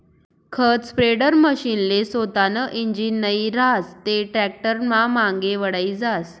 खत स्प्रेडरमशीनले सोतानं इंजीन नै रहास ते टॅक्टरनामांगे वढाई जास